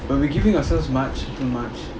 when we giving ourselves march until march